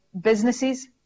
businesses